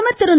பிரதமர் திரு